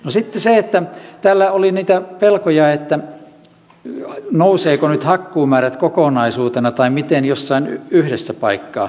no sitten täällä oli niitä pelkoja että nousevatko nyt hakkuumäärät kokonaisuutena tai jossain yhdessä paikkaa